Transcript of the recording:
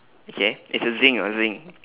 okay it's a zinc ah zinc